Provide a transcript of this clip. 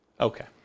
Okay